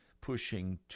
pushing